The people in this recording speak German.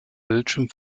bildschirm